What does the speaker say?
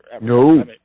no